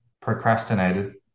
procrastinated